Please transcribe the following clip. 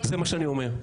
זה מה שאני אומר.